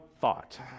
thought